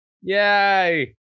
Yay